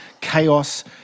chaos